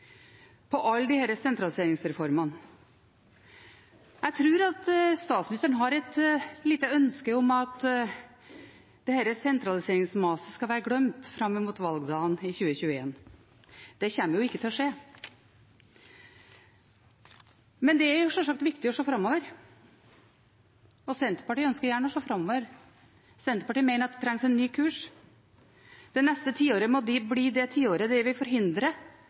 på de sju årene hun har styrt – på alle disse sentraliseringsreformene. Jeg tror at statsministeren har et lite ønske om at dette sentraliseringsmaset skal bli glemt fram mot valgdagen i 2021. Det kommer ikke til å skje. Det er sjølsagt viktig å se framover. Senterpartiet ønsker gjerne å se framover. Senterpartiet mener at det trengs en ny kurs. Det neste tiåret må bli det tiåret da vi forhindrer et Norge med økte sosiale og geografiske skiller. Det